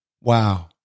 Wow